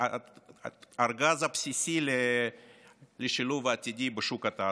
הארגז הבסיסי לשילוב העתידי בשוק התעסוקה.